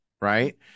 right